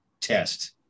test